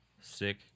Sick